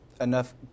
enough